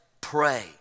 pray